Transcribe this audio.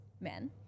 men